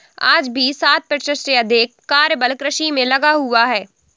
आज भी साठ प्रतिशत से अधिक कार्यबल कृषि में लगा हुआ है